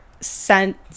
sent